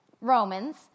Romans